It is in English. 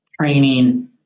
training